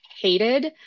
hated